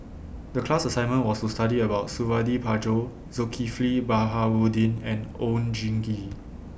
The class assignment was to study about Suradi Parjo Zulkifli Baharudin and Oon Jin Gee